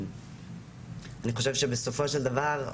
אני חושב שבסופו של דבר,